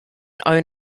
own